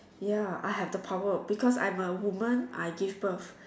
ya I have the power because I'm a woman I give birth